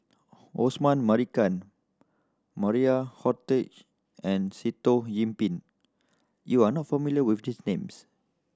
Osman Merican Maria Hertogh and Sitoh Yih Pin you are not familiar with these names